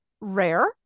rare